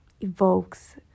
evokes